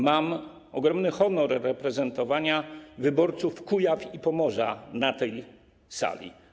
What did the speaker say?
Mam ogromny honor reprezentowania wyborców Kujaw i Pomorza na tej sali.